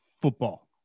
football